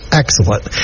excellent